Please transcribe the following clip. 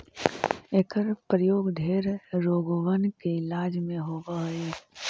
एकर प्रयोग ढेर रोगबन के इलाज में होब हई